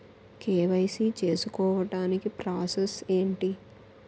KYC చేసుకోవటానికి process ఏంటి?